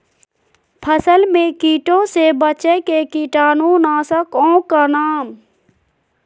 फसल में कीटों से बचे के कीटाणु नाशक ओं का नाम?